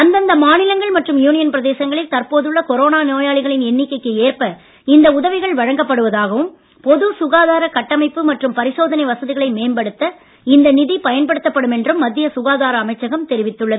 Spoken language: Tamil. அந்தந்த மாநிலங்கள் மற்றும் யூனியன் பிரதேசங்களில் தற்போதுள்ள கொரோனா நோயாளின் எண்ணிக்கைக்கு ஏற்ப உதவிகள் வழங்கப்படுவதாகவும் பொது சுகாதார கட்டமைப்பு மற்றும் பரிசோதனை வசதிகளை மேம்படுத்த இந்த நிதி பயன்படுத்தப்படும் என்றும் மத்திய சுகாதார அமைச்சகம் தெரிவித்துள்ளது